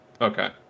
okay